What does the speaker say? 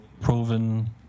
Proven